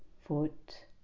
foot